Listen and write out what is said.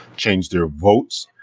change their votes,